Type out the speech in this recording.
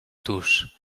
tuż